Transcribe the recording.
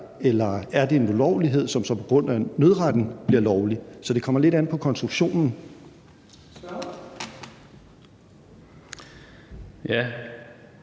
Eller er det en ulovlighed, som så på grund af nødretten bliver lovlig? Så det kommer lidt an på konstruktionen.